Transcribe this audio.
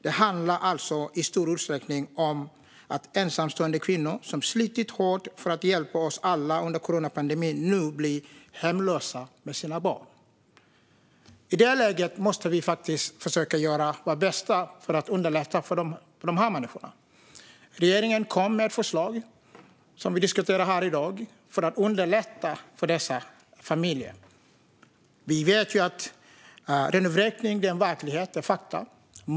Det handlar alltså i stor utsträckning om att ensamstående kvinnor som har slitit hårt för att hjälpa oss alla under coronapandemin nu blir hemlösa med sina barn. I detta läge måste vi faktiskt försöka göra vårt bästa för att underlätta för dessa människor. Regeringen har kommit med förslag, som vi diskuterar här i dag, för att underlätta för dessa familjer. Vi vet att renovräkningar är en verklighet; det är fakta.